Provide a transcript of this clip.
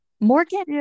Morgan